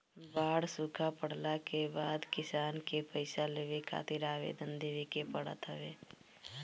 बाढ़ सुखा पड़ला के बाद किसान के पईसा लेवे खातिर आवेदन देवे के पड़त हवे